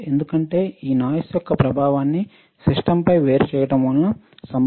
ఎందుకంటే ఇది నాయిస్ యొక్క ప్రభావాన్ని సిస్టమ్ పై వేరుచేయడం వలన సంభవిస్తుంది